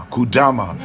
Kudama